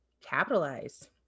capitalize